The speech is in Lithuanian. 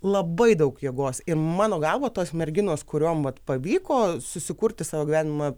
labai daug jėgos ir mano galva tos merginos kuriom pavyko susikurti savo gyvenimą